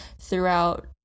throughout